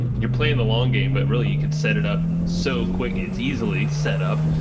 you're playing the long game, but really you can set it up so quick. it's easily set up,